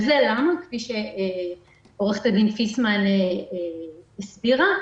כפי שעורכת הדין פיסמן הסבירה,